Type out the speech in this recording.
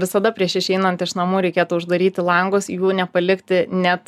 visada prieš išeinant iš namų reikėtų uždaryti langus jų nepalikti net